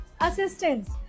assistance